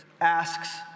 asks